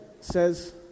says